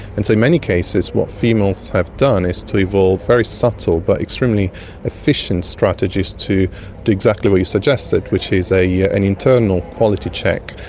and so in many cases what females have done is to evolve very subtle but extremely efficient strategies to do exactly what you suggested, which is ah yeah an internal quality check,